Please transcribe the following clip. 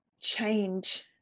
change